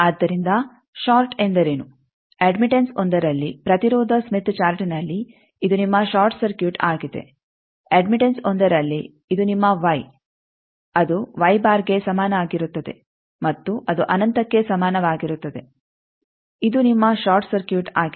ಆದ್ದರಿಂದ ಷಾರ್ಟ್ ಎಂದರೇನು ಅಡ್ಮಿಟೆಂಸ್ 1 ರಲ್ಲಿ ಪ್ರತಿರೋಧ ಸ್ಮಿತ್ ಚಾರ್ಟ್ ನಲ್ಲಿ ಇದು ನಿಮ್ಮ ಷಾರ್ಟ್ ಸರ್ಕ್ಯೂಟ್ ಆಗಿದೆ ಅಡ್ಮಿಟೆಂಸ್ 1 ರಲ್ಲಿ ಇದು ನಿಮ್ಮ ವೈ ಅದು ಗೆ ಸಮಾನಾಗಿರುತ್ತದೆ ಮತ್ತು ಅದು ಅನಂತಕ್ಕೆ ಸಮಾನವಾಗಿರುತ್ತದೆ ಇದು ನಿಮ್ಮ ಷಾರ್ಟ್ ಸರ್ಕ್ಯೂಟ್ ಆಗಿದೆ